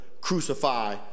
crucify